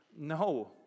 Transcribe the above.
no